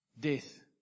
death